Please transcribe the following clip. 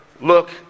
look